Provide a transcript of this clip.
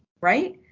right